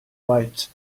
right